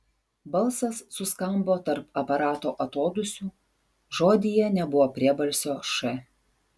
balsas suskambo tarp aparato atodūsių žodyje nebuvo priebalsio š